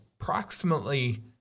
approximately